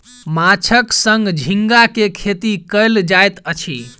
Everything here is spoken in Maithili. माँछक संग झींगा के खेती कयल जाइत अछि